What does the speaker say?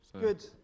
Good